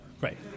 Right